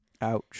ouch